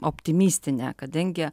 optimistinė kadangi